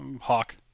Hawk